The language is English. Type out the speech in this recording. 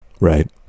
Right